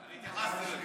אני התייחסתי לזה.